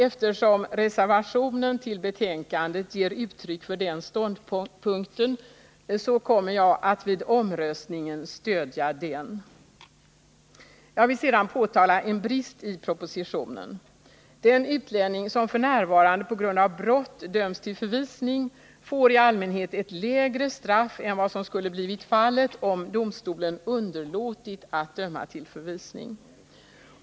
Eftersom reservationen till betänkandet ger uttryck för den ståndpunkten kommer jag att vid omröstningen stödja den. Jag vill sedan påtala en brist i propositionen. Den utlänning som f. n. på grund av brott döms till förvisning får i allmänhet ett lägre straff än vad som skulle ha blivit fallet om domstolen underlåtit att döma till förvisning.